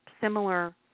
similar